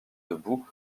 debout